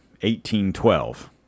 1812